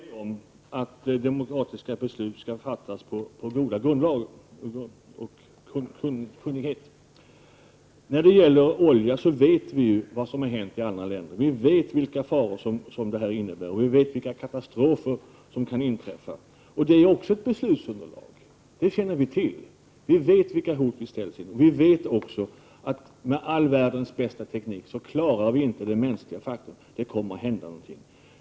Herr talman! Jag håller med om att demokratiska beslut skall fattas på goda grunder och kunskap. När det gäller olja vet vi emellertid vad som har hänt i andra länder. Vi vet vilka faror som det här innebär, och vi vet vilka katastrofer som kan inträffa. Det är också ett beslutsunderlag, och det är någonting som vi känner till. Vi vet vilka hot vi ställs inför. Vi vet också att med all världens bästa teknik så klarar vi inte den mänskliga faktorn. Det kommer att hända någonting.